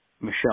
Michelle